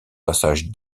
passage